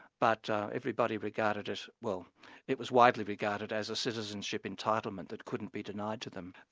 but everybody regarded it, well it was widely regarded as a citizenship entitlement that couldn't be denied to them.